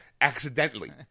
accidentally